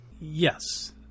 Yes